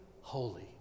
holy